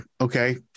okay